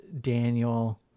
daniel